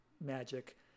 Magic